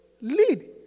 Lead